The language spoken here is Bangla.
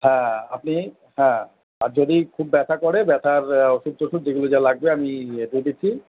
হ্যাঁ আপনি হ্যাঁ আর যদি খুব ব্যথা করে ব্যথার ওষুধ টষুধ যেগুলো যা লাগবে আমি দিয়ে দিচ্ছি